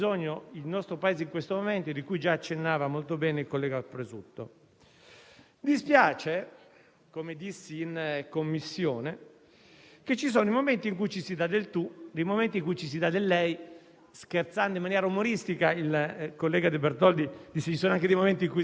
Pensavo che l'accordo potesse farci ritornare a quel "tu" in maniera costruttiva, e invece alcuni hanno impostato il dialogo con un "lei" talora altezzoso, scostante e non proprio molto disponente.